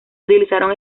utilizaron